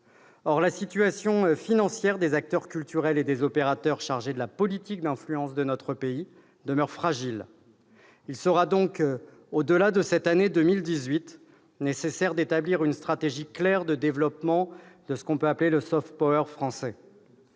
Or la situation financière des acteurs culturels et des opérateurs chargés de la politique d'influence de notre pays demeure fragile. Il sera donc, au-delà de cette année 2018, nécessaire d'établir une stratégie claire de développement du français.